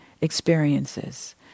experiences